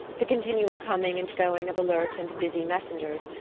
the continual coming and going of alert and busy messengers,